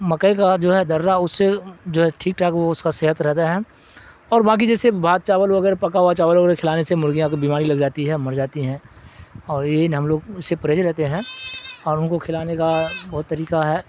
مکئی کا جو ہے دررا اس سے جو ہے ٹھیک ٹھاک وہ اس کا صحت رہتا ہے اور باقی جیسے بات چاول وغیرہ پکا ہوا چاول وغیرہ کھلانے سے مرغیاں کو بیماری لگ جاتی ہے مر جاتی ہے اور یہی ہم لوگ اس سے پریش رہتے ہیں اور ان کو کھلانے کا بہت طریقہ ہے